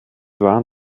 waren